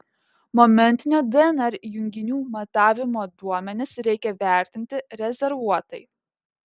momentinio dnr junginių matavimo duomenis reikia vertinti rezervuotai